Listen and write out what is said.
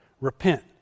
Repent